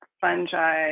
fungi